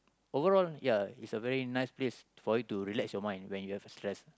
overall ya it's a very nice place for you to relax your mind when you have stress